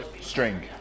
String